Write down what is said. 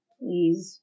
please